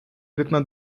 вікно